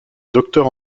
docteur